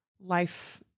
life